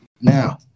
Now